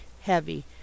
heavy